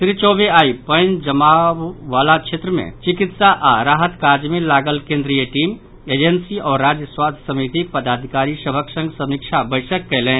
श्री चौबे आइ पानि जमाव वला क्षेत्र मे चिकित्सा आओर राहत काज मे लागल केन्द्रीय टीम एजेंसी आओर राज्य स्वास्थ्य समितिक पदाधिकारी सभक संग समीक्षा बैसक कायलनि